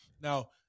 Now